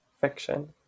Fiction